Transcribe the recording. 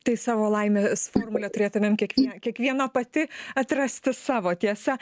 tai savo laimės formulę turėtumėm kiekvie kiekviena pati atrasti savo tiesa